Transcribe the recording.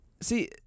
See